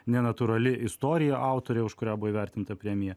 nenatūrali istorija autorė už kurią buvo įvertinta premija